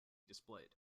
displayed